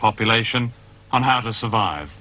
population on how to survive